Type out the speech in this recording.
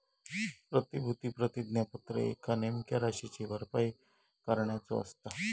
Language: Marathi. प्रतिभूती प्रतिज्ञापत्र एका नेमक्या राशीची भरपाई करण्याचो असता